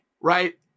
right